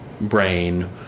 brain